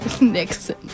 Nixon